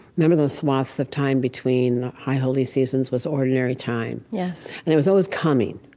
remember, those swaths of time between high holy seasons was ordinary time yes and there was always coming,